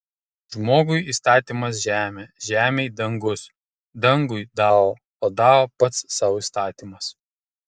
žmogui įstatymas žemė žemei dangus dangui dao o dao pats sau įstatymas